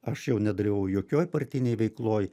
aš jau nedalyvavau jokioj partinėj veikloj